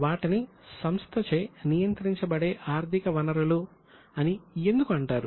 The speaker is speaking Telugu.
వాటిని సంస్థచే నియంత్రించబడే ఆర్థిక వనరులు అని ఎందుకు అంటారు